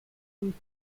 den